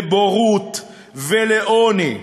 לבורות ולעוני.